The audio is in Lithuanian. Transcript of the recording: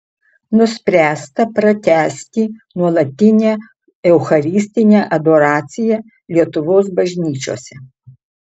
nuspręsta pratęsti nuolatinę eucharistinę adoraciją lietuvos bažnyčiose